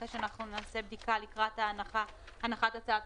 אחרי שנעשה בדיקה לקראת הנחת הצעת